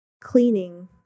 cleaning